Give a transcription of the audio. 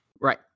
Right